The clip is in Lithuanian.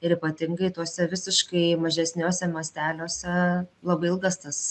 ir ypatingai tuose visiškai mažesniuose masteliuose labai ilgas tas